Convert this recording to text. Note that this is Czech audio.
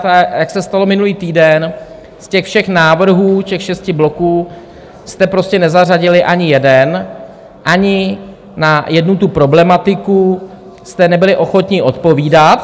A jak se stalo minulý týden, z těch všech návrhů, těch šesti bloků, jste prostě nezařadili ani jeden, ani na jednu tu problematiku jste nebyli ochotni odpovídat.